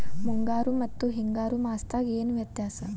ಮುಂಗಾರು ಮತ್ತ ಹಿಂಗಾರು ಮಾಸದಾಗ ಏನ್ ವ್ಯತ್ಯಾಸ?